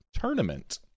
tournament